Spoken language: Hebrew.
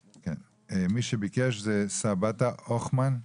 מי שביקש את רשות הדיבור זאת סבטה הוכמן.